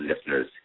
listeners